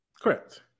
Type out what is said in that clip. correct